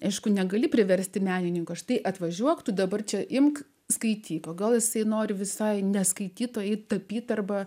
aišku negali priversti menininko štai atvažiuok tu dabar čia imk skaityk gal jisai nori visai ne skaitytojai tapyti arba